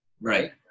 Right